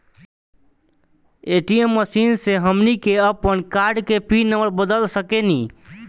ATM machine से हमनी के आपन कार्ड के पिन नम्बर बदल सके नी